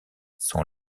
sont